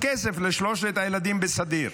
כסף לשלושת הילדים בסדיר,